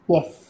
Yes